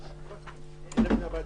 הללויה.